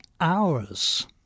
hours